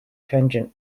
tangent